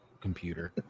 computer